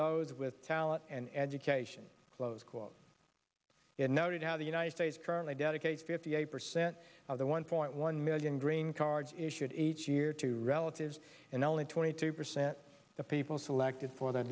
those with talent and education close quote it noted how the united states currently dedicate fifty eight percent of the one point one million green cards issued each year to relatives and only twenty two percent of people selected for the